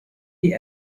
die